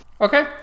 Okay